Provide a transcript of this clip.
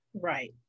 right